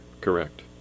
correct